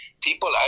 people